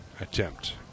attempt